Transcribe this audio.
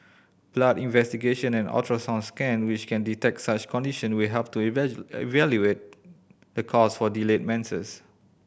blood investigation and ultrasound scan which can detect such condition will help to evaluate the cause for delayed menses